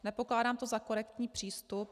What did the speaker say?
Nepokládám to za korektní přístup.